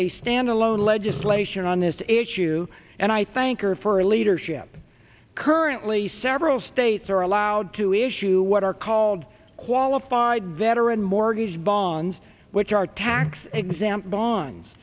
a standalone legislation on this h u and i thank her for leadership currently several states are allowed to issue what are called qualified veteran mortgage bonds which are tax exempt bonds